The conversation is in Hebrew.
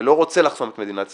ולא רוצה לחסום את מדינת ישראל.